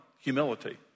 humility